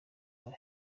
yabo